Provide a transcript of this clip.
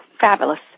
fabulous